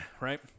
right